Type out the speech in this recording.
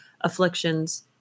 afflictions